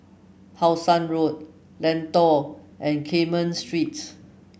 How Sun Road Lentor and Carmen Street